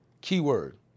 keyword